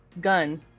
gun